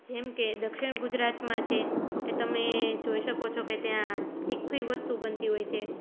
જેમ કે દક્ષિણ ગુજરાતમાં છે એ તમે જોઈ શકો છો કે ત્યાં તીખી વસ્તુ બનતી હોય છે